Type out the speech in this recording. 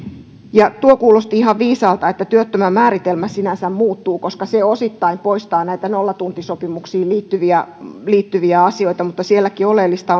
tuo kuulosti ihan viisaalta että työttömän määritelmä sinänsä muuttuu koska se osittain poistaa näitä nollatuntisopimuksiin liittyviä liittyviä asioita mutta sielläkin oleellista